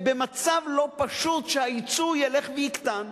במצב לא פשוט שהיצוא ילך ויקטן,